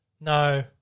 No